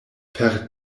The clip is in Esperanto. per